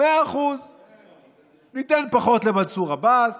100%. ניתן פחות למנסור עבאס,